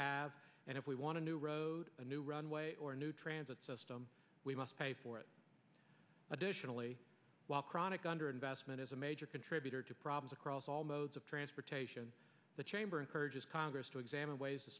have and if we want to new road a new runway or a new transit system we must pay for it additionally while chronic under investment is a major contributor to problems across all modes of transportation the chamber encourages congress to examine ways to